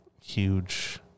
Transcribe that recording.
huge